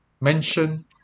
mention